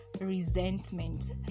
resentment